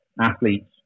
athletes